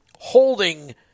holding